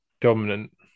dominant